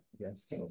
Yes